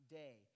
day